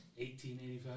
1885